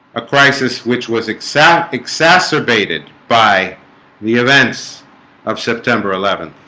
a crisis which was exact accessor baited by the events of september eleventh